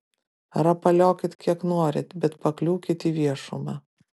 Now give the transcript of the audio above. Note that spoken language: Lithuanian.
rapaliokit kiek norit bet pakliūkit į viešumą